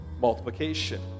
Multiplication